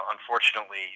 unfortunately